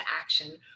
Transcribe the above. action